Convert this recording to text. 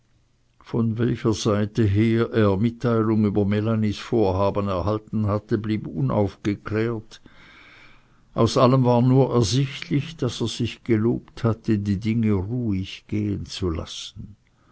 von welcher seite her er mitteilung über melanies vorhaben erhalten hatte blieb unaufgeklärt aus allem war nur ersichtlich daß er sich gelobt hatte die dinge ruhig gehen zu lassen